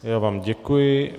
Já vám děkuji.